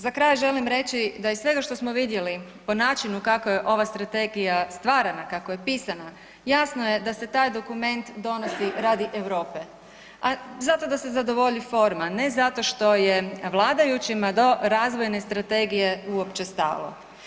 Za kraj želim reći da iz svega što smo vidjeli po načinu kako je ova strategija stvarana, kako je pisana, jasno je da se taj dokument donosi radi Europe, zato da se zadovolji forma ne zato što je vladajućima do razvojne strategije uopće stalo.